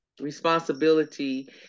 responsibility